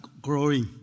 growing